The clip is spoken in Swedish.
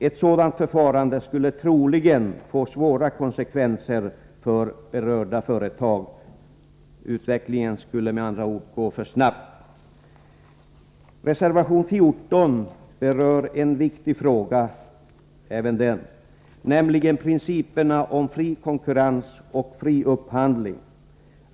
Ett sådant förfarande skulle troligen få svåra konsekvenser för berörda företag. Utvecklingen skulle med andra ord gå för snabbt. Reservation 14 berör en viktig fråga även den, nämligen principerna om fri konkurrens och fri upphandling.